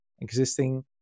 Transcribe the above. existing